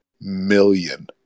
million